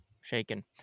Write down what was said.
shaken